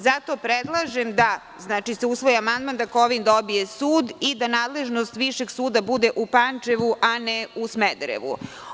Zato predlažem da se usvoji amandman da Kovin dobije sud i da nadležnost Višeg suda bude u Pančevu, a ne u Smederevu.